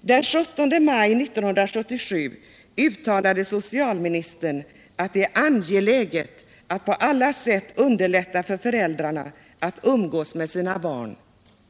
Den 17 maj 1977 uttalade socialministern att det är angeläget att på alla sätt underlätta för föräldrarna att umgås med sina barn.